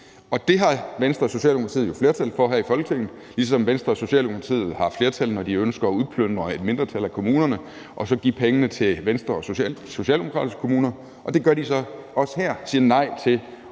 Det har Venstre og Socialdemokratiet jo flertal for her i Folketinget, ligesom Venstre og Socialdemokratiet har flertal, når de ønsker at udplyndre et mindretal af kommunerne og så give pengene til Venstreledede og socialdemokratiske kommuner. Det gør de så også her, altså siger nej til